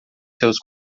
seus